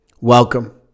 welcome